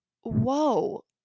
whoa